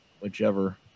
whichever